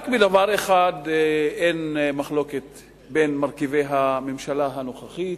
רק בדבר אחד אין מחלוקת בין מרכיבי הממשלה הנוכחית,